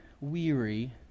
weary